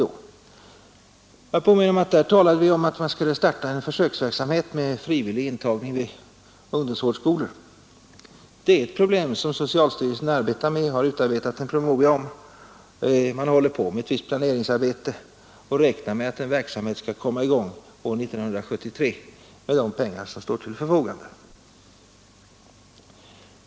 Jag vill påminna om att där talade vi om att man skulle starta en försöksverksamhet med frivillig intagning vid ungdomsvårdsskolor. Socialstyrelsen arbetar med detta och har utarbetat en promemoria. Man håller på med ett visst planeringsarbete och räknar med att en verksamhet skall komma i gång 1973 för de pengar som står till förfogande.